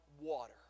water